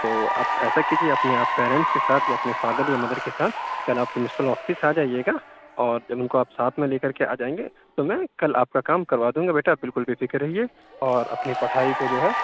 تو آپ ایسا کیجیے اپنے آپ پیرنٹس کے ساتھ یا اپنے فادر یا مدر کے ساتھ کل آپ پرنسپل آفس آ جائیے گا اور جب اُن كو آپ ساتھ میں لے کر کے آ جائیں گے تو میں کل آپ کا کام کروا دوں گا بیٹا بالکل بےفکر رہیے اور اپنی پڑھائی کو جو ہے